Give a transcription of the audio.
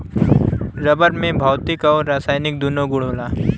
rubber में भौतिक आउर रासायनिक दून्नो गुण होला